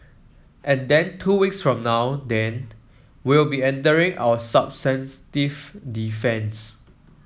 and then two weeks from now then we'll be entering our substantive defence